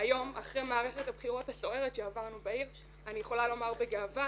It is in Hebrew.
היום אחרי מערכת הבחירות הסוערת שעברנו בעיר אני יכולה לומר בגאווה,